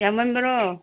ꯌꯥꯝꯃꯟꯕꯔꯣ